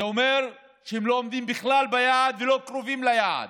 זה אומר שהם לא עומדים בכלל ביעד ולא קרובים ליעד.